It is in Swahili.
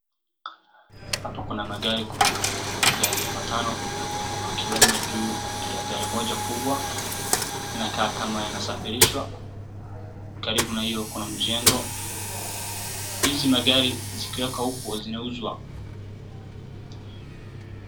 Hapo kuna magari matano yakiwemo juu ya gari moja kubwa, inakaa kama inasafirishwa. Karibu na hiyo kuna mjengo, hizi magari zikiwekwa uko zinauzwa.